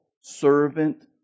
servant